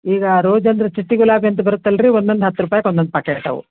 ಈಗ ಆ ರೋಜ್ ಅಂದರೆ ಚಟ್ಟಿ ಗುಲಾಬಿ ಅಂತ ಬರುತ್ತೆ ಅಲ್ಲರೀ ಒಂದು ಒಂದು ಹತ್ತು ರೂಪಾಯಿಗೆ ಒಂದು ಒಂದು ಪಾಕೆಟ್ ಅವು